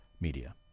Media